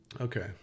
okay